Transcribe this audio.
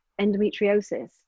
endometriosis